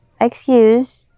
Excuse